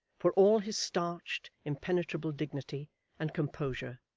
for all his starched, impenetrable dignity and composure,